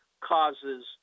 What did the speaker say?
causes